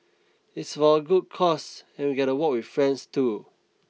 it's for a good cause and we get to walk with friends too